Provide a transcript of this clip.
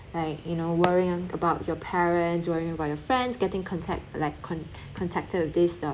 like you know worrying about your parents worrying about your friends getting contract like contracted with this uh